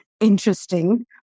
interesting